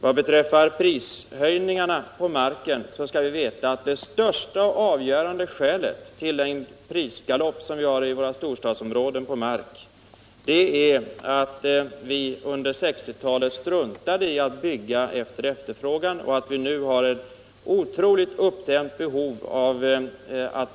Vad beträffar prishöjningarna på marken skall vi veta att det främsta och avgörande skälet till den prisgalopp som äger rum när det gäller mark i våra storstadsområden är att man under 1960-talet struntade i att bygga efter efterfrågan och att vi nu har ett otroligt stort uppdämt behov av markbostäder.